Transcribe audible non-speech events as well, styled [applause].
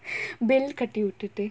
[breath] bell கட்டி உட்டுட்டு:katti uttuttu